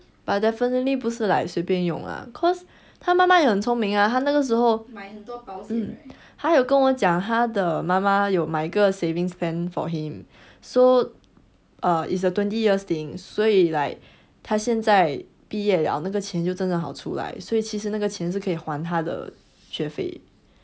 but definitely 不是 like 随便用 lah cause 她妈妈也很聪明啊他那个时候 mm 他有跟我讲他的妈妈有买个 savings plan for him so err is a twenty years thing 所以他现在毕业了那个钱就好出来所以其实那个钱是可以还他的学费